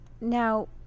now